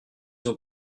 ont